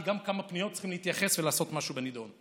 כי גם לכמה פניות צריך להתייחס ולעשות משהו בנדון.